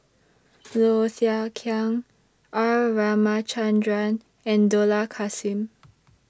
Low Thia Khiang R Ramachandran and Dollah Kassim